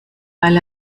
weil